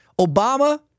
Obama